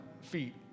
feet